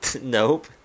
Nope